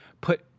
put